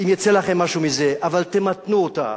אם יצא לכם משהו מזה, אבל תמתנו אותה,